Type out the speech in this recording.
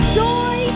joy